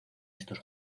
estos